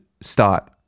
start